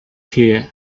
here